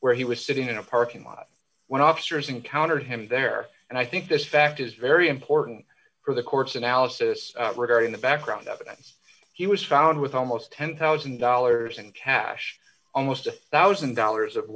where he was sitting in a parking lot when officers encountered him there and i think this fact is very important for the court's analysis regarding the background evidence he was found with almost ten thousand dollars in cash almost a one thousand dollars of